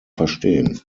verstehen